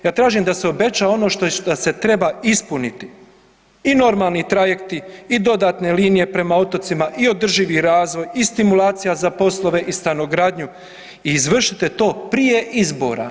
Ja tražim da se obeća ono što se treba ispuniti i normalni trajekti, i dodatne linije prema otocima, i održivi razvoj, i stimulacija za poslove i stanogradnju i izvršite to prije izbora.